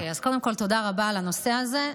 קודם כול, תודה רבה על הנושא הזה.